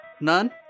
None